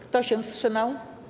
Kto się wstrzymał?